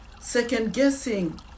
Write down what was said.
second-guessing